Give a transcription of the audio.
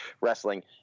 wrestling